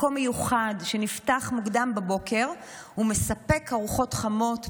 מקום מיוחד שנפתח מוקדם בבוקר ומספק ארוחות חמות,